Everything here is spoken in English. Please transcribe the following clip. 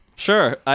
Sure